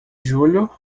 julho